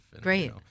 Great